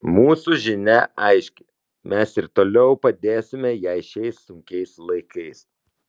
mūsų žinia aiški mes ir toliau padėsime jai šiais sunkiais laikais